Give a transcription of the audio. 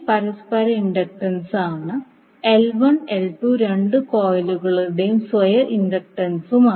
പരസ്പര ഇൻഡക്റ്റൻസാണ് രണ്ട് കോയിലുകളുടെയും സ്വയം ഇൻഡക്റ്റൻസുകളാണ്